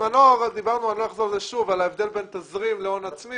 בזמנו דיברנו על ההבדל בין תזרים להון עצמי